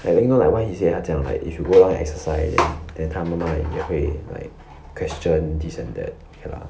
I think like what he say 他讲 like if he go out and exercise then 他妈妈也会 like question this and that ya lah